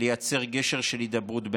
לייצר גשר של הידברות בינינו.